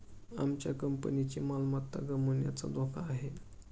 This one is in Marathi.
आमच्या कंपनीची मालमत्ता गमावण्याचा धोका आहे